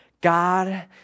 God